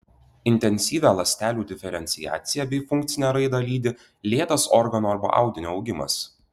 intensyvią ląstelių diferenciaciją bei funkcinę raidą lydi lėtas organo arba audinio augimas